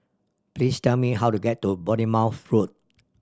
please tell me how to get to Bournemouth Road